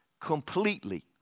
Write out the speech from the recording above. completely